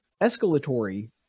escalatory